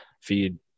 feed